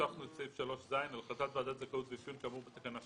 הוספנו את סעיף 3(ז): "על החלטת ועדת זכאות ואפיון כאמור בתקנה 3(ב)